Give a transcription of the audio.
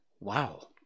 Wow